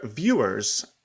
viewers